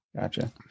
Gotcha